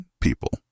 people